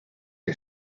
que